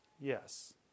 Yes